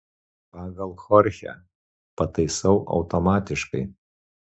pagal chorchę pataisau automatiškai